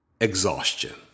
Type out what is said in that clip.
Exhaustion